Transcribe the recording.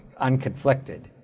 unconflicted